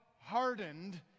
hardened